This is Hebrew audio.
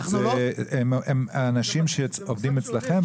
הם אנשים שעובדים אצלכם?